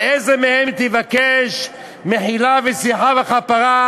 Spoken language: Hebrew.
על איזה מהם תבקש מחילה וסליחה וכפרה?